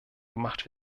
gemacht